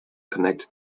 connects